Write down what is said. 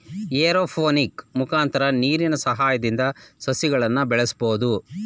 aeroponic ಮುಖಾಂತರ ನೀರಿನ ಸಹಾಯದಿಂದ ಸಸಿಗಳನ್ನು ಬೆಳಸ್ಬೋದು